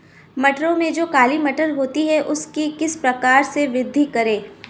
मटरों में जो काली मटर होती है उसकी किस प्रकार से वृद्धि करें?